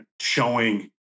showing